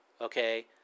Okay